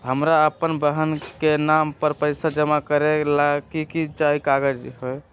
हमरा अपन बहन के नाम पर पैसा जमा करे ला कि सब चाहि कागज मे?